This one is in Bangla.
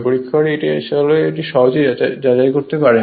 পরীক্ষাগারে এটি আসলে সহজেই যাচাই করতে পারেন